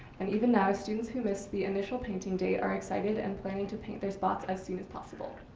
and even now, students who missed the initial painting day are excited and planning to paint their spots as soon as possible.